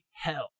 hell